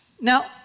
Now